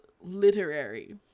literary